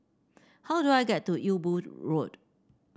how do I get to Ewe Boon Road